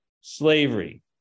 slavery